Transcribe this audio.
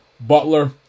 Butler